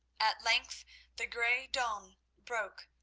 at length the grey dawn broke,